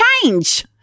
change